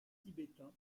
tibétain